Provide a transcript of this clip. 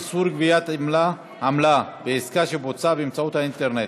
איסור גביית עמלה בעסקה שבוצעה באמצעות האינטרנט),